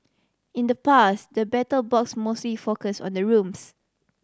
in the past the Battle Box mostly focus on the rooms